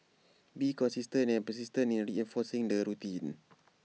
be consistent and persistent in reinforcing the routine